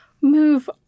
move